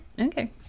Okay